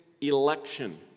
election